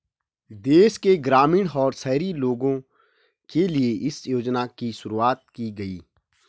देश के ग्रामीण और शहरी लोगो के लिए इस योजना की शुरूवात की गयी